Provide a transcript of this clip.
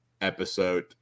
episode